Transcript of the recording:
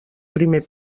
primer